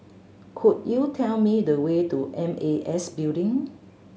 could you tell me the way to M A S Building